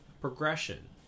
progression